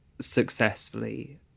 successfully